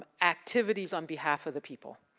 ah activities on behalf of the people.